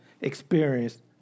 experienced